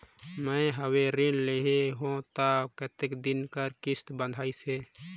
मैं हवे ऋण लेहे हों त कतेक दिन कर किस्त बंधाइस हे?